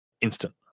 instant